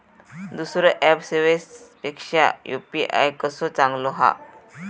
दुसरो ऍप सेवेपेक्षा यू.पी.आय कसो चांगलो हा?